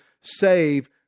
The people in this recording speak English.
save